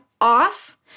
off